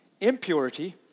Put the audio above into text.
impurity